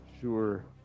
Sure